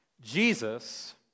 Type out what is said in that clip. Jesus